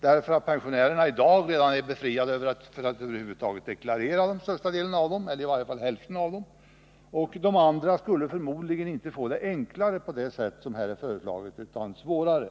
Hälften av pensionärerna är nämligen redan i dag befriade från att deklarera, och de andra skulle förmodligen inte få det enklare på det sätt som föreslås utan svårare.